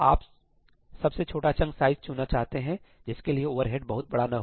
आप सबसे छोटा चंक साइज चुनना चाहते हैं जिसके लिए ओवरहेड बहुत बड़ा न हो